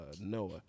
Noah